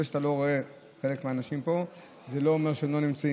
זה שאתה לא רואה חלק מהאנשים פה זה לא אומר שהם לא נמצאים,